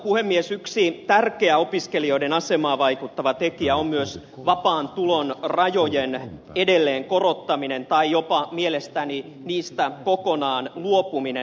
yksi tärkeä opiskelijoiden asemaan vaikuttava tekijä on myös vapaan tulon rajojen korottaminen edelleen tai mielestäni jopa niistä kokonaan luopuminen